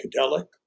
psychedelic